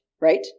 right